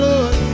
Lord